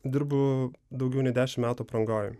dirbu daugiau nei dešim metų aprangoj